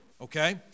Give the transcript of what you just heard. okay